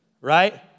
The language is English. right